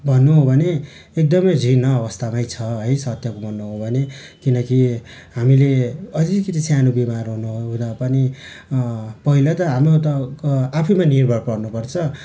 भन्नु हो भने एकदमै झीर्ण अवस्थामै छ है सत्य घु भन्नु हो भने किनकि हामीले अलिकिति सानो बिमार हुनु हुँदा पनि पहिला त हाम्रो त आफैमा निर्भर पर्नुपर्छ